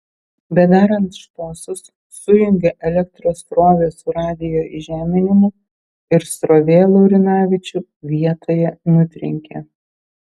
bedarant šposus sujungė elektros srovę su radijo įžeminimu ir srovė laurinavičių vietoje nutrenkė